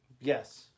Yes